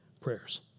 prayers